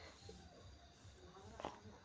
जयेशेर बेटा bank of अमेरिकात बड़का ऑफिसर छेक